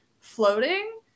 floating